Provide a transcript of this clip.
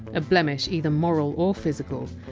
a blemish either moral or physical,